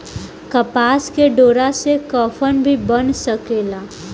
कपास के डोरा से कफन भी बन सकेला